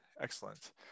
excellent